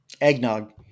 Eggnog